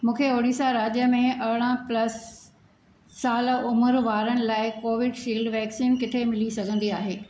मूंखे उड़ीसा राज्य में अरिड़हं प्लस साल उमिरि वारनि लाइ कोवीशील्ड वैक्सीन किथे मिली सघंदी आहे